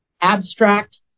abstract